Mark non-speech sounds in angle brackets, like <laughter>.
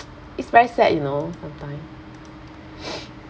it's very sad you know sometime <noise>